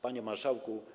Panie Marszałku!